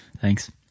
Thanks